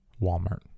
Walmart